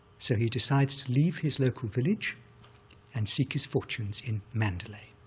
so he decides to leave his local village and seek his fortunes in mandalay.